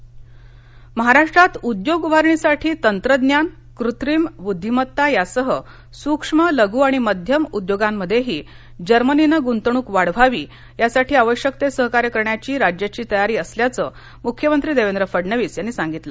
Germany गुंतवणूक महाराष्ट्रात उद्योग उभारणीसाठी तंत्रज्ञान कृत्रिम बुद्धीमत्ता यासह सूक्ष्म लघु आणि मध्यम उद्योगांमध्येही जर्मनीने ग्ंतवणूक वाढवावी यासाठी आवश्यक ते सहकार्य करण्याची राज्याची तयारी असल्याचे मुख्यमंत्री देवेंद्र फडणवीस यांनी सांगितलं